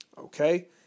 Okay